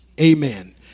amen